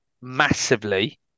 massively